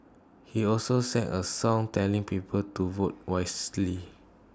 he also sang A song telling people to vote wisely